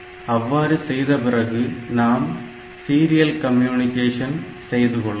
அவ்வாறு செய்த பிறகு நாம் சீரியல் கம்யூனிகேஷன் செய்து கொள்ளலாம்